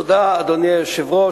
תודה, אדוני היושב-ראש.